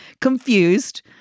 Confused